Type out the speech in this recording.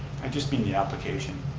i just mean the application